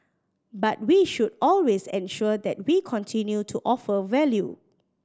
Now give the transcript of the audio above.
but we should always ensure that we continue to offer value